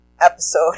episode